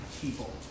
people